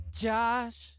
Josh